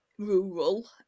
rural